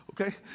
Okay